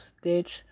Stitch